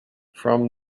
from